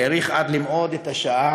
/ האריך עד מאוד את השעה,